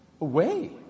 away